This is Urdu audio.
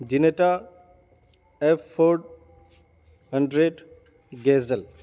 جینیٹا ایف فور ہنڈریڈ گیزل